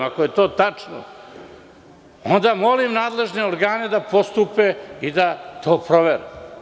Ako je to tačno, onda molim nadležne organe da postupe i da to provere.